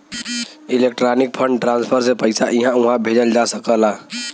electronic fund transfer से पइसा इहां उहां भेजल जा सकला